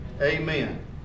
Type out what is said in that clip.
Amen